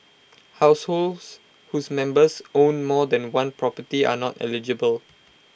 households whose members own more than one property are not eligible